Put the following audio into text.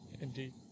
Indeed